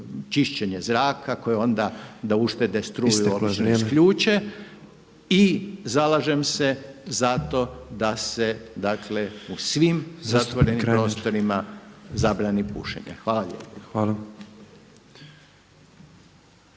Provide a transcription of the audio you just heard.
čišćenje zraka koje onda da uštede struju obično isključe. I zalažem se za to da se dakle u svim zatvorenim prostorima zabrani pušenje. Hvala